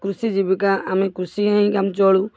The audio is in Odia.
କୃଷି ଜୀବିକା ଆମେ କୃଷିରେ ହିଁ ଆମେ ଚଳୁ